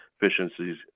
efficiencies